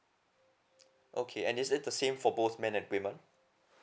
okay and is it the same for both men and women